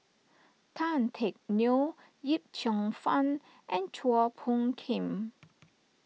Tan Teck Neo Yip Cheong Fun and Chua Phung Kim